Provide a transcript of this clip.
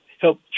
help